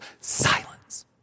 Silence